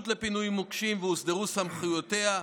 לפינוי מוקשים והוסדרו סמכויותיה.